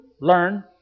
learn